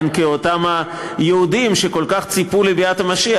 כאותם יהודים שכל כך ציפו לביאת המשיח,